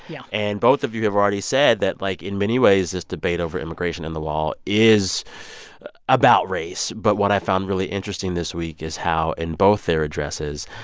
yeah and both of you have already said that, like, in many ways, this debate over immigration and the law is about race. but what i found really interesting this week is how, in both their addresses,